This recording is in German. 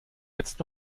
jetzt